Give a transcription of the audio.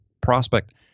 prospect